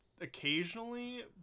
occasionally